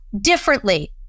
differently